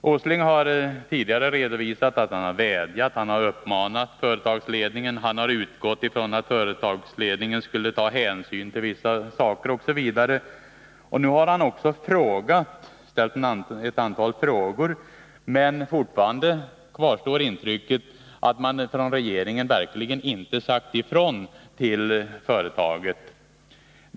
Herr Åsling har tidigare redovisat att han riktat vädjanden och uppmaningar till företagsledningen, att han har utgått från att den skulle ta hänsyn till vissa förhållanden osv., och nu har han också ställt ett antal frågor till företagsledningen. Men fortfarande kvarstår intrycket att man från regeringens sida verkligen inte har sagt ifrån till företaget.